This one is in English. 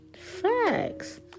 facts